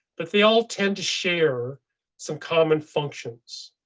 but they all tend to share some common functions.